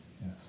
Yes